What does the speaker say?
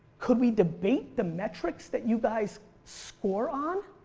could we debate the metrics that you guys score on?